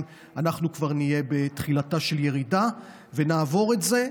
כבר נהיה בתחילתה של ירידה ונעבור את זה,